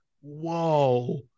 whoa